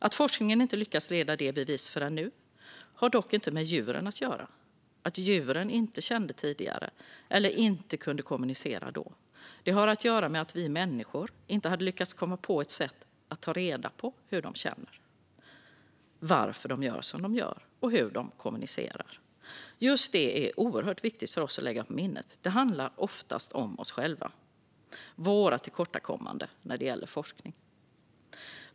Att forskningen inte har lyckats leda det i bevis förrän nu har dock inte med djuren att göra - att djuren inte kände tidigare eller inte kunde kommunicera då - utan det har att göra med att vi människor inte hade lyckats komma på ett sätt att ta reda på att hur de känner, varför de gör som de gör och hur de kommunicerar. Just det är oerhört viktigt för oss att lägga på minnet. Det handlar oftast om oss själva och våra tillkortakommanden när det gäller forskning.